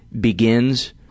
begins